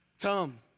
Come